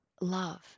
love